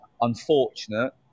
unfortunate